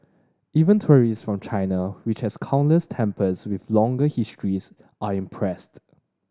even tourists for China which has countless temples with longer histories are impressed